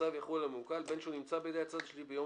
הצו יחול על המעוקל בין שהוא נמצא בידי הצד השלישי ביום